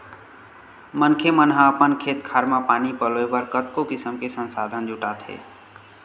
मनखे मन ह अपन खेत खार म पानी पलोय बर कतको किसम के संसाधन जुटाथे